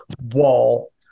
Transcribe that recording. wall